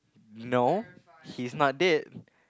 no he's not dead